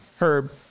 Herb